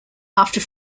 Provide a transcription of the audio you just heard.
after